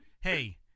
hey